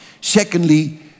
Secondly